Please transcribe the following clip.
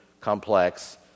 complex